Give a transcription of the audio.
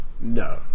No